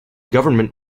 government